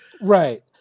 Right